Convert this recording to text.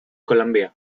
columbia